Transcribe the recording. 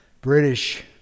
British